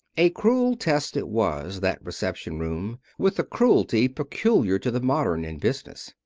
a cruel test it was, that reception room, with the cruelty peculiar to the modern in business.